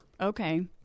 okay